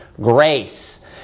grace